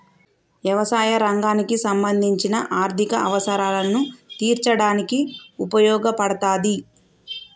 యవసాయ రంగానికి సంబంధించిన ఆర్ధిక అవసరాలను తీర్చడానికి ఉపయోగపడతాది